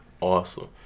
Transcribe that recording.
awesome